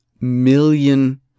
million